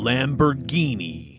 Lamborghini